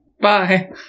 Bye